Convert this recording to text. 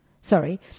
sorry